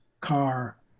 car